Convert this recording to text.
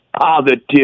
positive